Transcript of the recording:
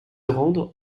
rendre